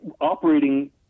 operating